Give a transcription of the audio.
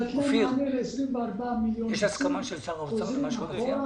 נתנה מענה ל-24 מיליון נוסעים, חוזרים אחורה.